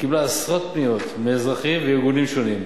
וקיבלה עשרות פניות מאזרחים וארגונים שונים.